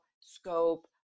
scope